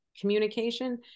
communication